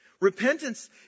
Repentance